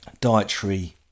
dietary